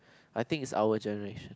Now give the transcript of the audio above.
I think is our generation